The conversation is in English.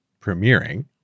premiering